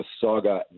Saga